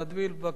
בבקשה.